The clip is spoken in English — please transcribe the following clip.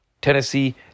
Tennessee